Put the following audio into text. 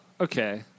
Okay